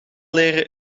leren